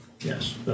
Yes